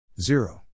zero